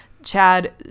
Chad